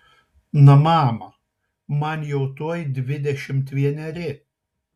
na mama man jau tuoj dvidešimt vieneri